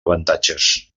avantatges